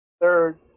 third